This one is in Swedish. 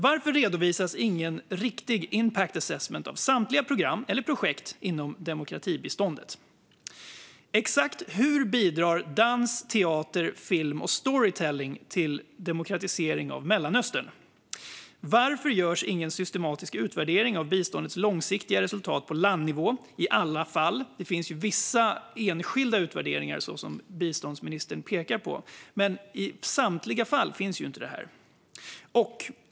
Varför redovisas ingen riktig impact assessment av samtliga program eller projekt inom demokratibiståndet? Exakt hur bidrar dans, teater, film och storytelling till demokratisering av Mellanöstern? Varför görs ingen systematisk utvärdering av biståndets långsiktiga resultat på landnivå i alla fall? Det finns vissa enskilda utvärderingar, som biståndsministern pekade på, men det finns ju inte i samtliga fall.